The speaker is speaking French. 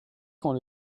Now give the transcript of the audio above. quand